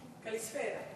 קליספרה.